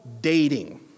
dating